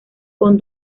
con